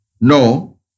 No